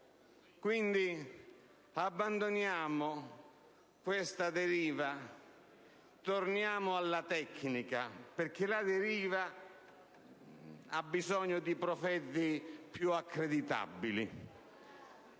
Quindi, abbandoniamo questa deriva, torniamo alla tecnica, perché la deriva ha bisogno di profeti più accreditabili.